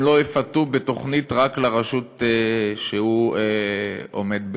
לא יפותה בתוכנית רק לרשות שהוא עומד בראשה.